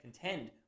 contend